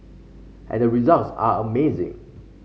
and the results are amazing